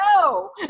No